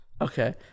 Okay